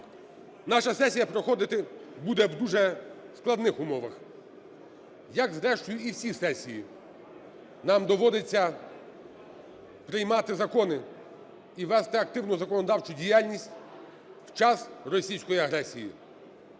Наша сесія проходити буде в дуже складних умовах, як, зрештою, і всі сесії, нам доводиться приймати закони і вести активну законодавчу діяльність в час російської агресії.